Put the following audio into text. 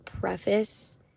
preface